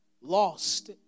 lost